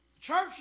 church